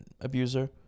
abuser